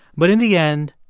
but in the end,